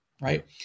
Right